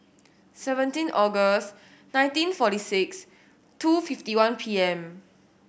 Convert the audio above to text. seventeen August nineteen forty six two fifty one P M